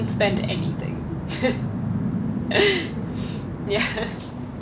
spend anything yes